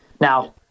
Now